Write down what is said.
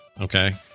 okay